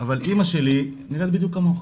אבל אמא שלי, נראית בדיוק כמוך,